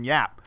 Yap